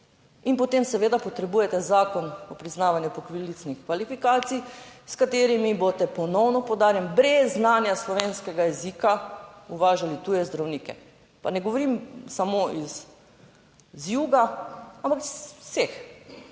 potem seveda potrebujete Zakon o priznavanju poklicnih kvalifikacij, s katerimi boste ponovno, poudarjam, brez znanja slovenskega jezika uvažali tuje zdravnike, pa ne govorim samo iz juga, ampak iz vseh,